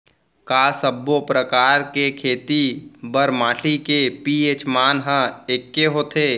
का सब्बो प्रकार के खेती बर माटी के पी.एच मान ह एकै होथे?